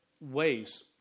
ways